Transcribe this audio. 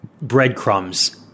breadcrumbs